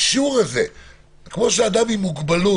כמו שאדם עם מוגבלות,